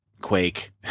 Quake